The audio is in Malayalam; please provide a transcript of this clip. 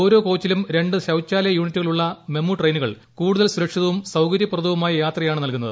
ഓരോ കോച്ചിലും രണ്ട് ശൌചാലയ യൂണിറ്റുകൾ ഉള്ള മെമു ട്രെയിനുകൾ കൂടുതൽ സുരക്ഷിതവും സൌകര്യപ്രദവുമായ യാത്രയാണ് നൽകുന്നത്